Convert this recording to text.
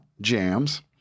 jams